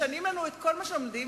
משנים את כל מה שלומדים,